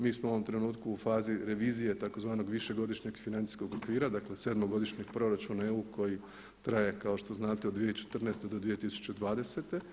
Mi smo u ovom trenutku u fazi revizije tzv. višegodišnjeg financijskog okvira, dakle 7-godišnjeg Proračuna EU koji traje kao što znate od 2014. do 2020.